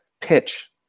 pitch